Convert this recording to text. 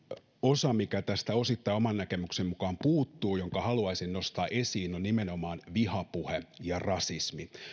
osa mikä tästä oman näkemykseni mukaan osittain puuttuu jonka haluaisin nostaa esiin on nimenomaan vihapuhe ja rasismi